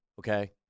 Okay